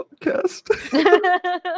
podcast